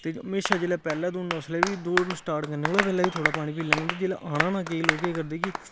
ते म्हेशा जेल्लै पैह्लें दौड़ना उसलै बी दौड़ स्टार्ट करने कोला पैह्लें बी थोह्ड़ा पानी पी लैना ते जेल्लै औना ना केईं लोक केह् करदे कि